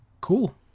cool